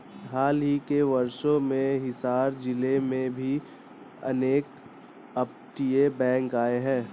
हाल ही के वर्षों में हिसार जिले में भी अनेक अपतटीय बैंक आए हैं